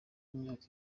imyaka